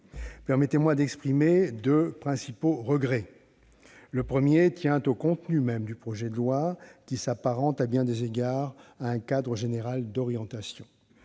Permettez-moi d'exprimer deux principaux regrets. Le premier tient au contenu même du projet de loi, qui s'apparente, à bien des égards, à un cadre général d'orientations.